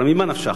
הרי ממה נפשך?